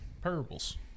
parables